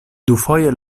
dufoje